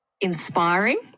inspiring